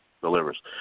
delivers